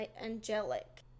angelic